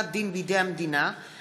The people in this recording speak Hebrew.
העברה או החזקה בחיית בר מטופחת או מזיקה),